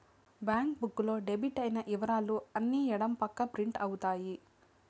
bank book లో debit అయిన ఇవరాలు అన్ని ఎడం పక్క ప్రింట్ అవుతాయి